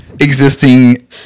existing